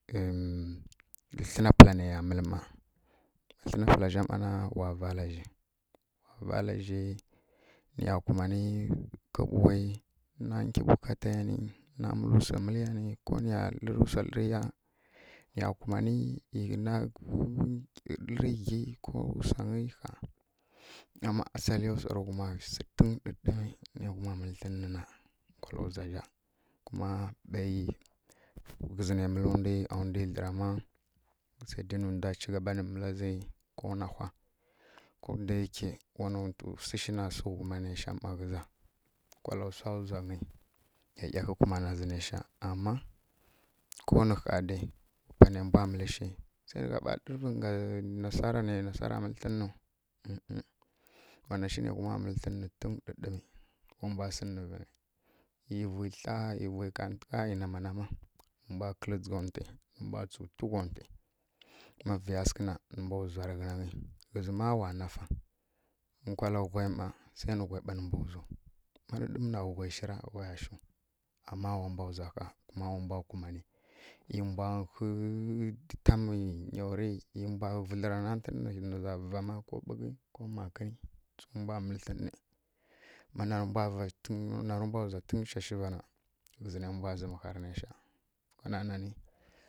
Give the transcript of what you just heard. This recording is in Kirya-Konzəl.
Thlǝna pǝla nai ya mǝlǝ mma, thlǝna pǝla zha mma wa vala zhi wa vala zhi, nǝya kumanǝ na nggyi bukataya nǝ na mǝlǝ swa mǝlǝ ya nǝ ko nya lǝrǝ swa lǝrǝ ya nǝya kumanǝ lǝrǝ ghyi ko wu swangǝ ƙha dama asaliya swarǝ ghuma sǝ tun ɗǝɗǝmi nǝ ghuma thlǝn na nkwala ndzwa zha kuma ɓaiyi ghǝzǝ na mǝlaw ndwi a ndwi dlǝra ma, sai dai nǝ ndwa cigaba nǝ mǝla zǝ ko nahwa. Ko da yake wa nontǝ swu shi na sǝ ghuma mma nai ghǝza, nkwala swa ndzwangǝ ˈyaˈyahǝi kumana zǝ naisha ama, ko nǝ ƙha dai wa panai mbwa mǝlǝ shi sai nǝ gha ɓa lǝrǝvǝ ngga nasara nai nasara mǝlǝ thlǝnǝw wa na shi nai ghuma mǝlǝ thlǝn nǝ tun ɗǝɗǝmi wa mbwa sǝnǝvǝrǝ. ˈYi vui thla, ˈyi vui kantǝgha, ˈyi nama-nama. Nǝ mbwa kǝlǝ ndzǝgh ntwi, nǝ mbwa ndzǝgha ntwǝi ma vǝya sǝghǝ na nǝ mbwa ndzwa rǝ ghǝnangǝ ghǝzǝ mma wa nafa. Nkwala ghwai mma sai nǝ ghǝzǝ ɓa nǝ mbwa ndzwaw ma ɗǝɗǝmǝ na, wa ghwai shi ra? Ghwa ya shiw, ama wa mbwa ndzwa ƙha kuma wa mbwa kumanǝ, ˈyi mbwa nhǝi tamǝ nyaw rǝ ˈyi mbwa na ntǝn nǝ za va mma ko ɓughǝ ko makǝnǝ tsǝw mbwa mǝlǝ thlǝn nǝ ma narǝ mbwa mbwa ndzwantǝghǝ shashi mma na ghǝzǝ narǝ mbwa zǝmǝ harǝ naisha, wana nanǝ.